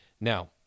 Now